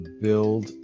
build